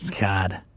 God